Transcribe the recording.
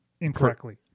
incorrectly